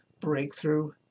Breakthrough